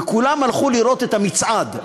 וכולם הלכו לראות את המצעד.